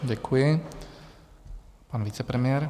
Děkuji, pan vicepremiér.